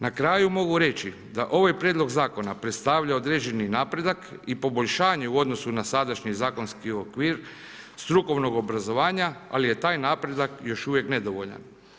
Na kraju mogu reći da ovaj Prijedlog zakona predstavlja određeni napredak i poboljšanje u odnosu na sadašnji zakonski okvir strukovnog obrazovanja, ali je taj napredak još uvijek nedovoljan.